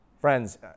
Friends